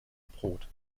brot